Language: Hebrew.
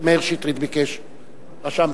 מאיר שטרית ביקש שאלה נוספת, רשמתי.